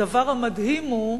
הדבר המדהים הוא,